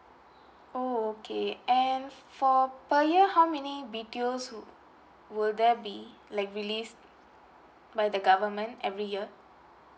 oh okay and for per year how many B_T_Os will will there be like released by the government every year